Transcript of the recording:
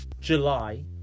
July